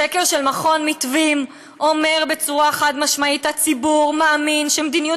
סקר של מכון מתווים אומר בצורה חד-משמעית שהציבור מאמין שמדיניות